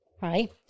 right